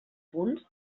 punts